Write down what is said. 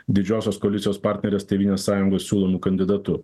didžiosios koalicijos partnerės tėvynės sąjungos siūlomu kandidatu